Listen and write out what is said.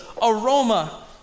aroma